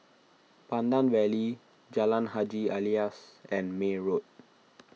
Pandan Valley Jalan Haji Alias and May Road